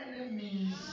enemies